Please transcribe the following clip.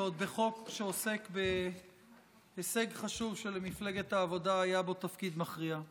ועוד בחוק שעוסק בהישג חשוב שלמפלגת העבודה היה בו תפקיד מכריע.